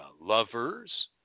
lovers